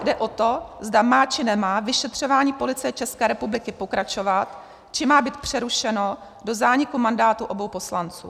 Jde o to, zda má, či nemá ve vyšetřování Policie České republiky pokračovat, či má být přerušeno do zániků mandátu obou poslanců.